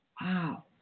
Wow